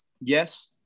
yes